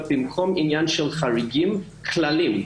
במקום חריגים צריכים להיות כללים.